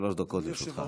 שלוש דקות לרשותך.